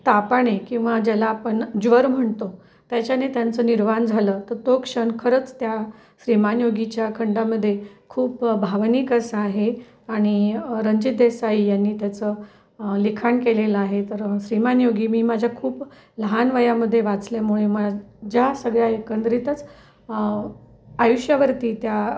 तापाने किंवा ज्याला आपण ज्वर म्हणतो त्याच्याने त्यांचं निर्वाहन झालं तर तो क्षण खरंच त्या श्रीमान योगीच्या खंडामध्ये खूप भावनिक असा आहे आणि रणजित देसाई यांनी त्याचं लिखाण केलेलं आहे तर श्रीमान योगी मी माझ्या खूप लहान वयामध्ये वाचल्यामुळे माझ्या सगळ्या एकंदरीतच आयुष्यावरती त्या